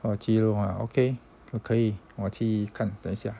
oh 鸡肉 ah okay 可以我去看等一下